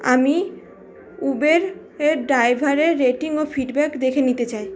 আমি উবেরের ড্রাইভারের রেটিং ও ফিডব্যাক দেখে নিতে চাই